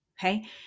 okay